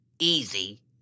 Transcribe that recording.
easy